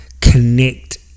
connect